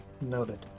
Noted